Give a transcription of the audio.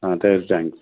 ஆ சரி தேங்க்ஸ்